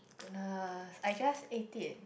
goodness I just ate it